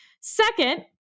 Second